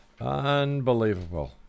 Unbelievable